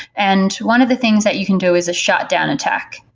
and one of the things that you can do is a shutdown attack,